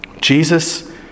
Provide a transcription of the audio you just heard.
Jesus